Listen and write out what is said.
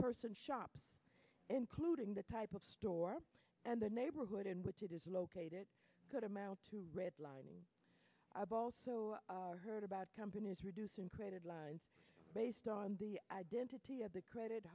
person shop including the type of store and the neighborhood in which it is located could amount to red lining i've also heard about companies reducing created lines based on the identity of the credit